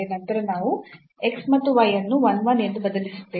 ನಂತರ ನಾವು x ಮತ್ತು y ಅನ್ನು 1 1 ಎಂದು ಬದಲಿಸುತ್ತೇವೆ